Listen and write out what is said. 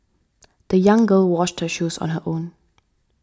the young girl washed her shoes on her own